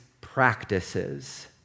Practices